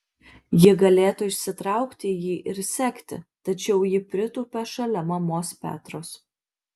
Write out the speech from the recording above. ji galėtų išsitraukti jį ir sekti tačiau ji pritūpia šalia mamos petros